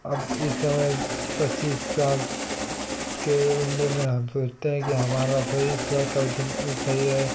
अब इस समय पच्चीस साल के उम्र में हम सोचते हैं कि हमारा शरीर स्वस्थ और सही रहे